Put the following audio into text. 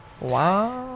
Wow